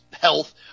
health